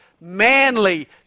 manly